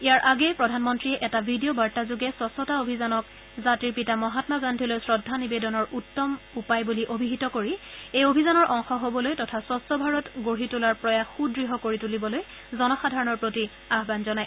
ইয়াৰ আগেয়ে প্ৰধানমন্ত্ৰীয়ে এটা ভিডিঅ' বাৰ্তা যোগে স্বচ্ছতা অভিযানক জাতিৰ পিতা মহামা গান্ধীলৈ শ্ৰদ্ধা নিবেদনৰ উত্তম উপায় বুলি অভিহিত কৰি এই অভিযানৰ অংশ হ'বলৈ তথা স্বচ্ছ ভাৰত গঢ়ি তোলাৰ প্ৰয়াস সুদ্ঢ় কৰি তুলিবলৈ জনসাধাৰণৰ প্ৰতি আহ্বান জনায়